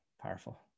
Powerful